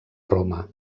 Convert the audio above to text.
roma